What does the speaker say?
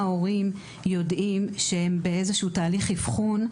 במידה וההורים יודעים שהם בתהליך אבחון.